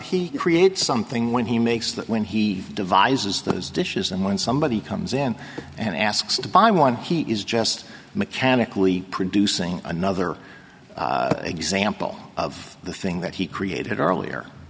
he created something when he makes that when he devises those dishes and when somebody comes in and asks to buy one he is just mechanically producing another example of the thing that he created earlier